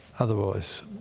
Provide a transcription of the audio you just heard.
Otherwise